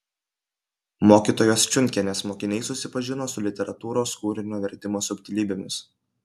mokytojos čiunkienės mokiniai susipažino su literatūros kūrinio vertimo subtilybėmis